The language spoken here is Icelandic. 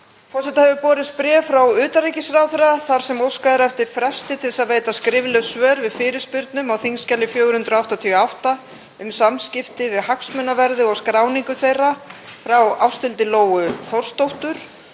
Forseta hefur borist bréf frá utanríkisráðherra þar sem óskað er eftir fresti til þess að veita skrifleg svör við fyrirspurnum á þskj. 488, um samskipti við hagsmunaverði og skráningu þeirra, frá Ásthildi Lóu Þórsdóttur,